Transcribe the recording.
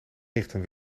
nichten